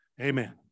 Amen